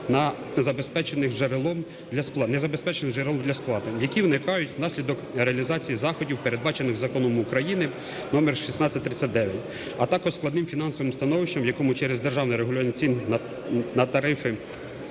не забезпечених джерелом для сплати, які виникають внаслідок реалізації заходів, передбачених Законом України № 1639, а також складним фінансових становищем, в якому через державне регулювання цін на тарифи